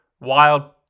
Wild